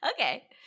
Okay